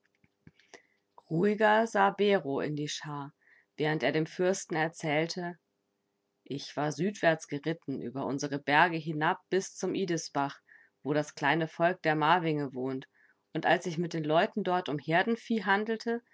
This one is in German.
ruhiger sah bero in die schar während er dem fürsten erzählte ich war südwärts geritten über unsere berge hinab bis zum idisbach wo das kleine volk der marvinge wohnt und als ich mit den leuten dort um herdenvieh handelte